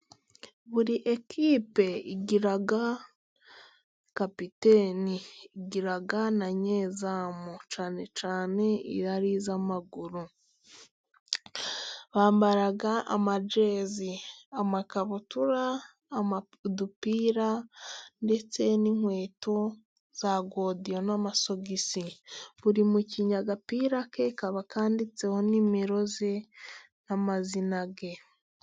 Buri kipe igira kapiteni, igira na nyezamu cyane cyane iyo ari iz'amaguru. Bambara amajezi, amakabutura, udupira ndetse n'inkweto za godiyo n'amasogisi. Buri mukinnyi, agapira ke kaba kanditseho nimero ze n'amazina ye.